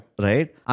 Right